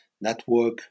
Network